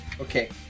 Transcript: Okay